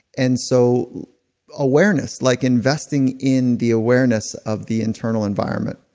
and so awareness, like investing in the awareness of the internal environment,